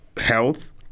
health